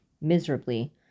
miserably